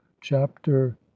chapter